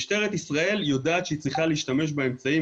משטרת ישראל יודעת שהיא צריכה להשתמש באמצעים